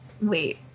wait